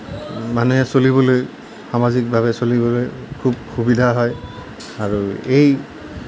মানুহে চলিবলৈ সামাজিকভাৱে চলিবলৈ খুব সুবিধা হয় আৰু এই